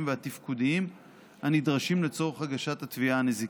והתפקודיים הנדרשים לצורך הגשת התביעה הנזיקית.